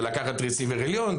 ולקחת רסיבר עליון,